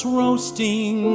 roasting